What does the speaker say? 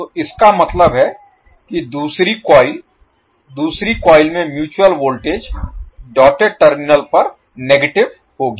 तो इसका मतलब है कि दूसरी कॉइल दूसरी कॉइल में म्यूचुअल वोल्टेज डॉटेड टर्मिनल पर नेगेटिव होगी